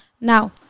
now